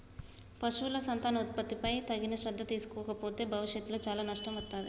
పశువుల సంతానోత్పత్తిపై తగిన శ్రద్ధ తీసుకోకపోతే భవిష్యత్తులో చాలా నష్టం వత్తాది